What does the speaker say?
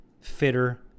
fitter